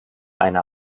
einer